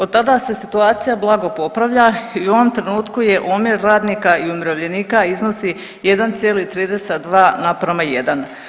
Otada se situacija blago popravlja i u ovom trenutku je omjer radnika i umirovljenika iznosi 1,32:1.